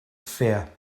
fear